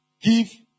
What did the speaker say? give